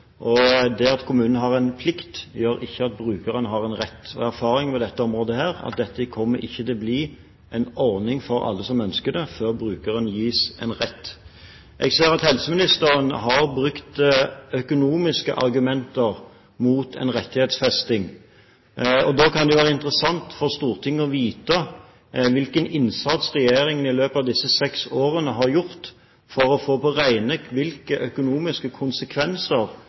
Det at kommunen har en plikt, gjør ikke at brukeren har en rett. Erfaringen på dette området tilsier at dette ikke kommer til å bli en ordning for alle som ønsker det, før brukeren gis en rett. Jeg ser at helseministeren har brukt økonomiske argumenter mot en rettighetsfesting. Da kan det jo være interessant for Stortinget å få vite hvilken innsats regjeringen i løpet av disse seks årene har gjort for å få på det rene hvilke økonomiske konsekvenser